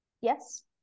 yes